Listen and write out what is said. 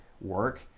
work